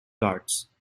carts